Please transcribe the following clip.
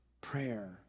prayer